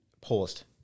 paused